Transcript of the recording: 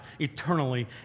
eternally